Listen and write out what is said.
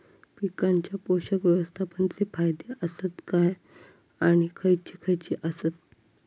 पीकांच्या पोषक व्यवस्थापन चे फायदे आसत काय आणि खैयचे खैयचे आसत?